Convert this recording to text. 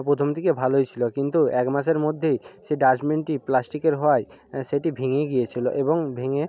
প্রথমদিকে ভালোই ছিল কিন্তু এক মাসের মধ্যেই সেই ডাস্টবিনটি প্লাস্টিকের হওয়ায় সেটি ভেঙে গিয়েছিল এবং ভেঙে